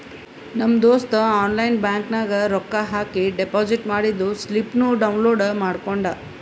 ನಮ್ ದೋಸ್ತ online bank ನಾಗ್ ರೊಕ್ಕಾ ಹಾಕಿ ಡೆಪೋಸಿಟ್ ಮಾಡಿದ್ದು ಸ್ಲಿಪ್ನೂ ಡೌನ್ಲೋಡ್ ಮಾಡ್ಕೊಂಡ್